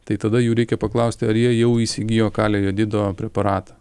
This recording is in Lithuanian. tai tada jų reikia paklausti ar jie jau įsigijo kalio jodido preparatą